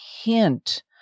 hint